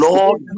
Lord